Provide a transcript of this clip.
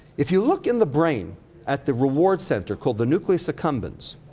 if you look in the brain at the reward center, called the nucleus accumbens,